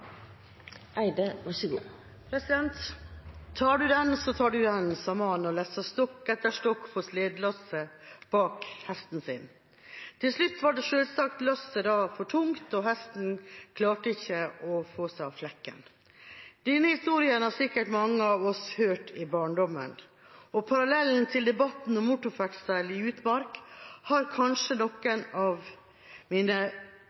Tar du den, så tar du den, sa mannen og lesset stokk etter stokk på sledelasset bak hesten sin. Til slutt var selvsagt lasset for tungt, og hesten klarte ikke å komme seg av flekken. Denne historien har sikkert mange av oss hørt i barndommen, og parallellen til debatten om motorferdsel i utmark har kanskje